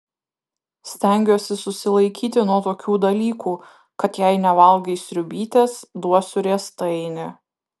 stengiuosi susilaikyti nuo tokių dalykų kad jei nevalgai sriubytės duosiu riestainį